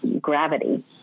gravity